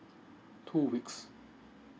two weeks